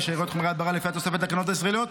שאריות חומרי ההדברה לפי התוספות לתקנות הישראליות,